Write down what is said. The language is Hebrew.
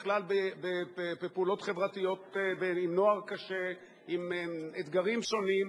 בדרך כלל בפעולות חברתיות עם נוער קשה ועם אתגרים שונים,